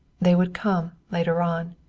they would come, later on.